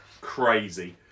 crazy